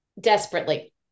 desperately